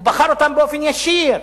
הוא בחר אותם באופן ישיר,